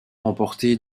remporté